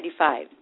1995